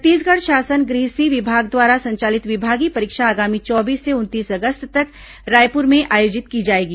छत्तीसगढ़ शासन गृह सी विभाग द्वारा संचालित विभागीय परीक्षा आगामी चौबीस से उनतीस अगस्त तक रायपुर में आयोजित की जाएगी